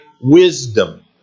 wisdom